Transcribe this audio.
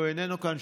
הוא איננו כאן,